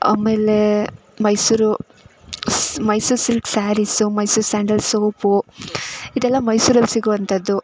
ಆಮೇಲೆ ಮೈಸೂರು ಸ್ Mysuru silk sarees Mysuru sandal soap ಇದೆಲ್ಲ ಮೈಸೂರಲ್ಲಿ ಸಿಗುವಂಥದ್ದು